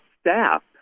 staff